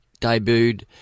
debuted